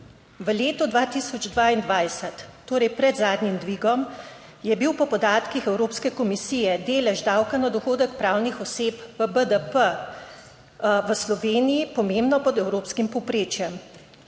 V letu 2022, torej pred zadnjim dvigom, je bil po podatkih Evropske komisije delež davka na dohodek pravnih oseb BDP v Sloveniji pomembno pod evropskim povprečjem.